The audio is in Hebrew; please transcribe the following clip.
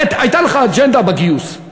הייתה לך אג'נדה בגיוס,